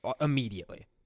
Immediately